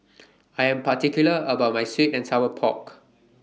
I Am particular about My Sweet and Sour Pork